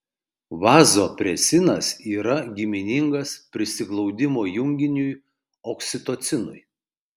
vazopresinas yra giminingas prisiglaudimo junginiui oksitocinui